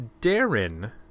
Darren